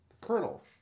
kernel